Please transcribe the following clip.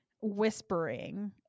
whispering